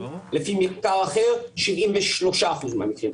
לפי מחקר אחר ב-73% מהמקרים.